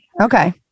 Okay